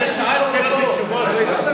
זו שעת שאלות ותשובות?